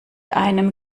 einem